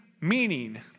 meaning